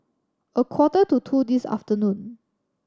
a quarter to two this afternoon